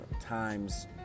times